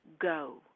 go